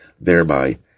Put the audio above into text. thereby